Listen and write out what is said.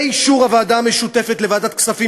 באישור הוועדה המשותפת לוועדת כספים